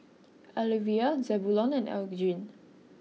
Alyvia Zebulon and Elgin